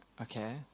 okay